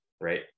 right